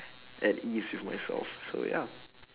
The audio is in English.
at ease with myself so ya